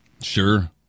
sure